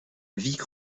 vic